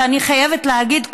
ואני חייבת להגיד,